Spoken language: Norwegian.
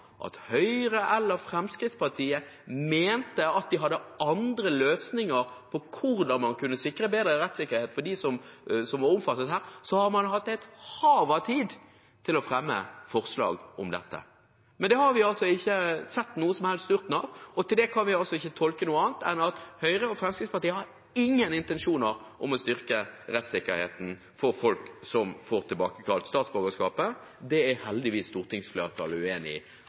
omfattet her, så hadde man hatt et hav av tid til å fremme forslag om dette. Men det har vi ikke sett snurten av på noen som helst måte, og det kan ikke tolkes på annen måte enn at Høyre og Fremskrittspartiet ikke har noen intensjoner om å styrke rettssikkerheten for folk som får tilbakekalt statsborgerskapet. Det er heldigvis stortingsflertallet uenig i.